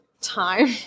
Time